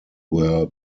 were